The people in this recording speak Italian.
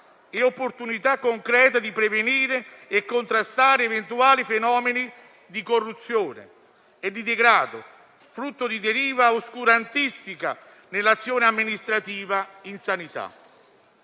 e opportunità concreta di prevenire e contrastare eventuali fenomeni di corruzione e degrado, frutto di deriva oscurantistica nell'azione amministrativa in sanità.